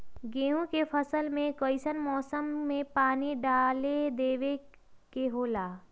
गेहूं के फसल में कइसन मौसम में पानी डालें देबे के होला?